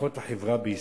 מערכות החברה בישראל